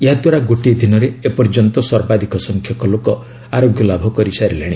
ଏହା ଦ୍ୱାରା ଗୋଟିଏ ଦିନରେ ଏପର୍ଯ୍ୟନ୍ତ ସର୍ବାଧିକ ସଂଖ୍ୟକ ଲୋକ ଆରୋଗ୍ୟ ଲାଭ କରିଛନ୍ତି